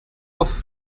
oft